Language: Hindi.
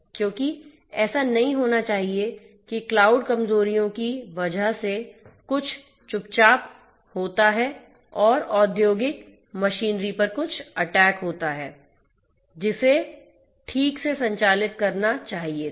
क्योंकि ऐसा नहीं होना चाहिए कि क्लाउड कमजोरियों की वजह से कुछ चुपचाप होता है और औद्योगिक मशीनरी पर कुछ अटैक होता है जिसे ठीक से संचालित करना चाहिए था